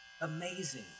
Amazing